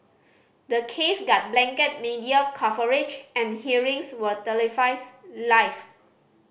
the case got blanket media coverage and hearings were televised live